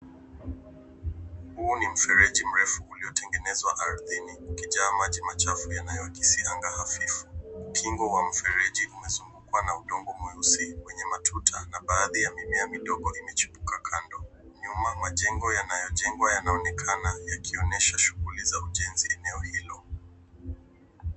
Huo ni mfereji mrefu ulio tengenezwa ardhini, ukijaa maji machafu yanayo kisi anga hafifu. Ukingo wa mfereji umezungukwa na udongo mweusi, wenye matuta na baadhi ya mimea midogo imechipuka kando. Nyuma majengo yanayojengwa yanaonekana, yakioshesha shughuli za ujenzi eneo hilo.